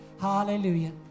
Hallelujah